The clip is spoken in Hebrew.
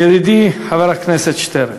ידידי חבר הכנסת שטרן,